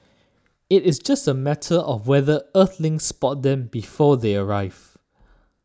it is just a matter of whether Earthlings spot them before they arrive